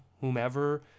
whomever